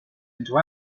into